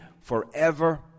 forever